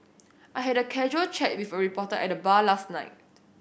I had a casual chat with a reporter at the bar last night